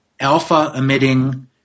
alpha-emitting